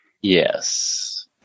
Yes